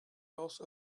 also